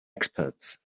experts